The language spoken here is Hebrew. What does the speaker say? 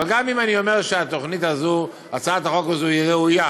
גם אם אני אומר שהצעת החוק הזו היא ראויה,